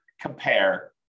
compare